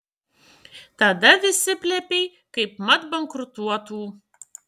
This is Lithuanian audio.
tada visi plepiai kaipmat bankrutuotų